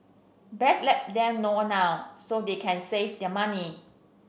best let them know now so they can save their money